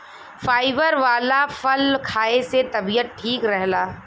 fibre वाला फल खाए से तबियत ठीक रहला